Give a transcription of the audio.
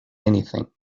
anything